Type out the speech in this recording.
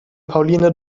pauline